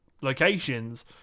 locations